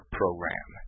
program